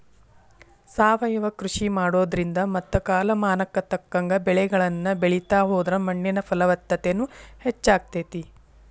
ಸಾವಯವ ಕೃಷಿ ಮಾಡೋದ್ರಿಂದ ಮತ್ತ ಕಾಲಮಾನಕ್ಕ ತಕ್ಕಂಗ ಬೆಳಿಗಳನ್ನ ಬೆಳಿತಾ ಹೋದ್ರ ಮಣ್ಣಿನ ಫಲವತ್ತತೆನು ಹೆಚ್ಚಾಗ್ತೇತಿ